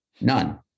none